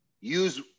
use